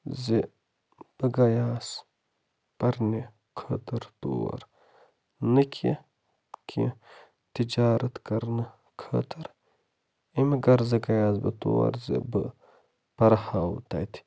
زِ بہٕ گٔیوس پَرنہِ خٲطر تور نہٕ کیٚنٛہہ کیٚنٛہہ تِجارت کَرنہٕ خٲطر اَمہِ غرضہٕ گٔیوس بہٕ تور زِ بہٕ پرہاو تَتہِ